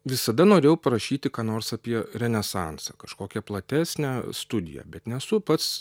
visada norėjau parašyti ką nors apie renesansą kažkokią platesnę studiją bet nesu pats